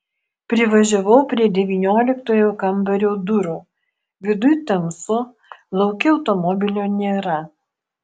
privažiavau prie devynioliktojo kambario durų viduj tamsu lauke automobilio nėra